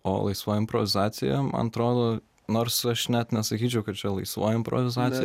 o laisva improvizacija man atrodo nors aš net nesakyčiau kad čia laisva improvizacija